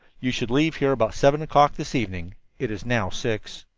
you should leave here about seven o'clock this evening. it is now six.